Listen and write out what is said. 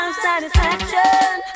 satisfaction